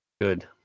Good